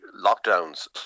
lockdowns